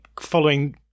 following